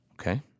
Okay